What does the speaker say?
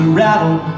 rattle